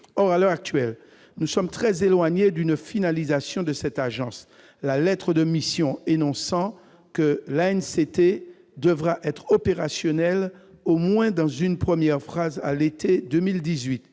Or, à l'heure actuelle, nous sommes très éloignés d'une finalisation de la mise en place de cette agence, la lettre de mission indiquant que l'ANCT devra être opérationnelle, « au moins dans une première phase, à l'été 2018